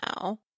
now